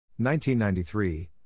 1993